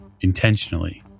intentionally